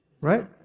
Right